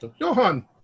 Johan